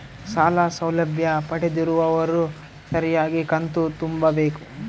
ಸಾಲ ಸೌಲಭ್ಯ ಪಡೆದಿರುವವರು ಸರಿಯಾಗಿ ಕಂತು ತುಂಬಬೇಕು?